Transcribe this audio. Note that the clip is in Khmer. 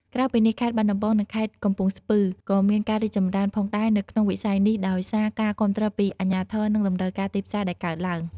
ក្រៅពីនេះ ខេត្តបាត់ដំបង និង ខេត្តកំពង់ស្ពឺ ក៏មានការរីកចម្រើនផងដែរនៅក្នុងវិស័យនេះដោយសារការគាំទ្រពីអាជ្ញាធរនិងតម្រូវការទីផ្សារដែលកើនឡើង។